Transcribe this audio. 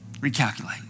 recalculate